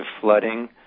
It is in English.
flooding